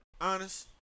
Honest